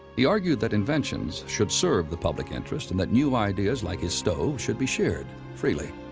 he argued that inventions should serve the public interest and that new ideas like his stove should be shared freely.